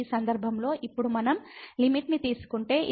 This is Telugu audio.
ఈ సందర్భంలో ఇప్పుడు మనం లిమిట్ ని తీసుకుంటే ఇది 1 మరియు ఇక్కడ 2 2 4